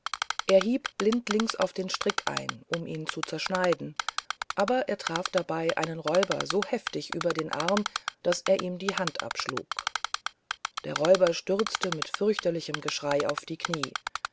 er hieb blindlings auf den strick ein um ihn zu zerschneiden aber er traf dabei einen der räuber so heftig über den arm daß er ihm die hand abschlug der räuber stürzte mit fürchterlichem geschrei auf die knie